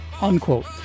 Unquote